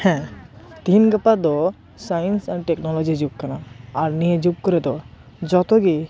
ᱦᱮᱸ ᱛᱮᱦᱮᱧ ᱜᱟᱯᱟ ᱫᱚ ᱥᱟᱭᱮᱱ ᱮᱱᱰ ᱴᱮᱠᱱᱳᱞᱳᱡᱤ ᱡᱩᱜᱽ ᱠᱟᱱᱟ ᱟᱨ ᱱᱤᱭᱟ ᱡᱩᱜᱽ ᱠᱚᱨᱮ ᱫᱚ ᱡᱚᱛᱚ ᱜᱤ